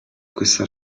questa